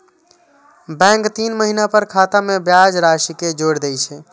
bank तीन महीना पर खाता मे ब्याज राशि कें जोड़ि दै छै